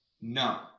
No